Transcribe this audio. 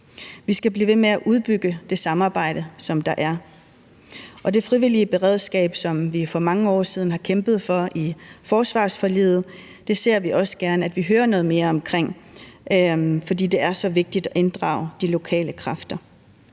Vi skal blive ved med at udbygge det samarbejde, der er. Og det frivillige beredskab, som vi for mange år siden har kæmpet for i forsvarsforliget, ser vi også gerne vi hører noget mere om, fordi det er så vigtigt at inddrage de lokale kræfter.